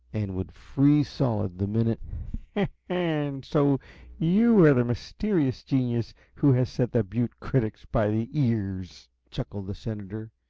and would freeze solid the minute and so you are the mysterious genius who has set the butte critics by the ears! chuckled the senator.